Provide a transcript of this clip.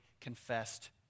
confessed